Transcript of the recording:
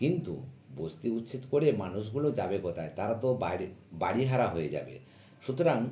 কিন্তু বস্তি উচ্ছেদ করে মানুষগুলো যাবে কোথায় তারা তো বাইরে বাড়ি হারা হয়ে যাবে সুতরাং